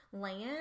land